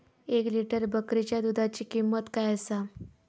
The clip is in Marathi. एक लिटर बकरीच्या दुधाची किंमत काय आसा?